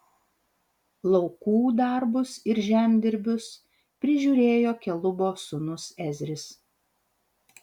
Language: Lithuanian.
laukų darbus ir žemdirbius prižiūrėjo kelubo sūnus ezris